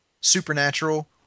Supernatural